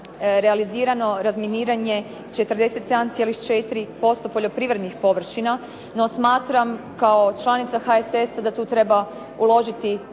realizirano razminiranje 47,4% poljoprivrednih površina, no smatram kao članica HSS-a da tu treba uložiti